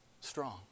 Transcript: strong